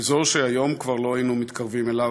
באזור שהיום כבר לא היו מתקרבים אליו,